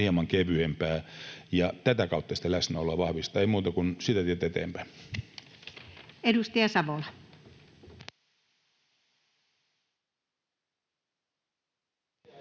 hieman kevyempää, ja tätä kautta sitä läsnäoloa voitaisiin vahvistaa. Ei muuta kuin sitä tietä eteenpäin. [Speech